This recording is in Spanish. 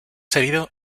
herido